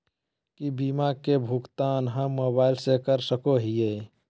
की बीमा के भुगतान हम मोबाइल से कर सको हियै?